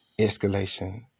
escalation